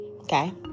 Okay